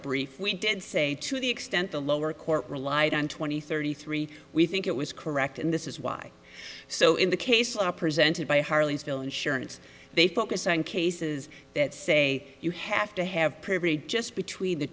brief we did say to the extent the lower court relied on twenty thirty three we think it was correct and this is why so in the case are presented by harleysville insurance they focus on cases that say you have to have prayed just between the